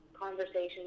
conversation